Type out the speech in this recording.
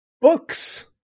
Books